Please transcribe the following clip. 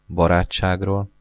barátságról